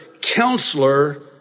counselor